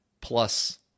plus